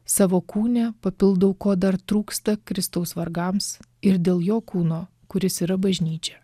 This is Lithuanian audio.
savo kūne papildau ko dar trūksta kristaus vargams ir dėl jo kūno kuris yra bažnyčia